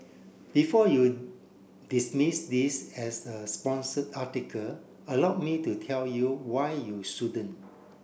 before you dismiss this as a sponsored article allowed me to tell you why you shouldn't